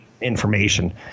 information